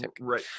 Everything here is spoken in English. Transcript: Right